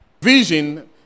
vision